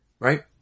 Right